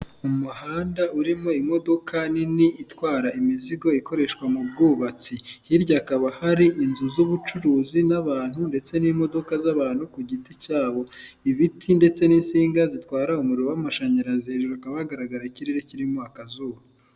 Umuhanda urimo imodoka nini itwara imizigo ikoreshwa mu bwubatsi, hirya hakaba hari inzu z'ubucuruzi n'abantu ndetse n'imodoka z'abantu ku giti cyabo, ibiti ndetse n'insinga zitwara umuriro w'amashanyarazi, hejuru hakaba hagaragara ikirere kirimo akazuba.